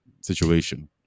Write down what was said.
situation